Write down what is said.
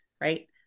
Right